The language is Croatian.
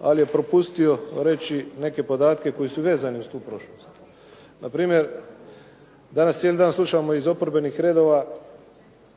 ali je propustio reći neke podatke koji su vezani uz tu prošlost. Npr. danas cijeli dan slušamo iz oporbenih redova